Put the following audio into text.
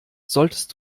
solltest